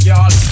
Y'all